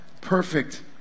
perfect